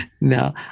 No